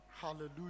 Hallelujah